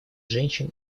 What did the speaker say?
женщин